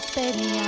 Baby